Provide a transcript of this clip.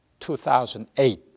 2008